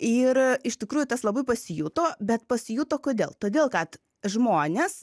ir iš tikrųjų tas labai pasijuto bet pasijuto kodėl todėl kad žmonės